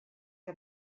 que